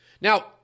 Now